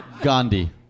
Gandhi